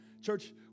Church